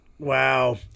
wow